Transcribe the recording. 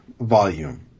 volume